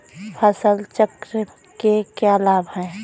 फसल चक्र के क्या लाभ हैं?